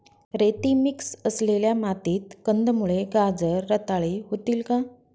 रेती मिक्स असलेल्या मातीत कंदमुळे, गाजर रताळी होतील का?